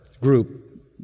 group